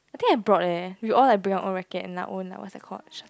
I think I brought eh we all like bring our own racket and our own like what's that called